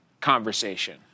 conversation